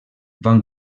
van